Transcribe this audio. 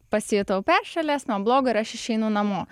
pasijutau peršalęs man bloga ir aš išeinu namo